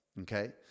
okay